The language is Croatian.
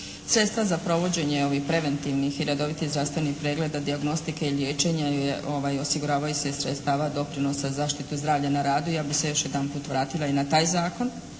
Sredstva za provođenje ovih preventivnih i redovitih zdravstvenih pregleda dijagnostike i liječenja osiguravaju se iz sredstava doprinosa zaštite zdravlja na radu. Ja bih se još jedanput vratila i na taj zakon,